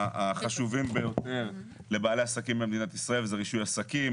החשובים ביותר לבעלי עסקים במדינת ישראל וזה רישוי עסקים.